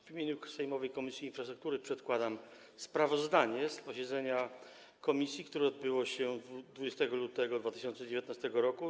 W imieniu sejmowej Komisji Infrastruktury przedkładam sprawozdanie z posiedzenia komisji, które odbyło się 20 lutego 2019 r.